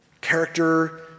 character